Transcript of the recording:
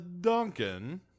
Duncan